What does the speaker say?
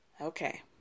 Okay